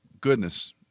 goodness